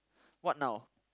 what now